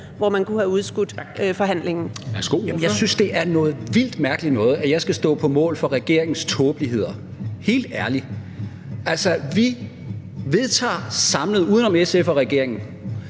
Martin Geertsen (V): Jamen jeg synes, det er noget vildt mærkeligt noget, at jeg skal stå på mål for regeringens tåbeligheder – helt ærligt. Vi vedtager samlet uden om SF og regeringen